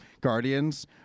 guardians